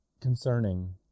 concerning